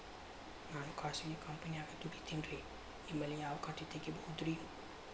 ನಾನು ಖಾಸಗಿ ಕಂಪನ್ಯಾಗ ದುಡಿತೇನ್ರಿ, ನಿಮ್ಮಲ್ಲಿ ಯಾವ ಖಾತೆ ತೆಗಿಬಹುದ್ರಿ?